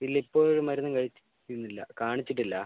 ഇല്ല ഇപ്പോൾ ഒരു മരുന്നും കഴിക്കുന്നില്ല കാണിച്ചിട്ടില്ല